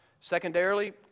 secondarily